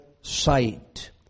sight